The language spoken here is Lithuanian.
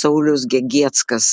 saulius gegieckas